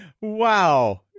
Wow